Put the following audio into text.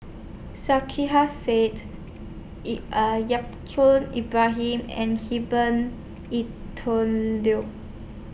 Sarkasi Said Yaacob Ibrahim and Herbert